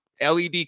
LED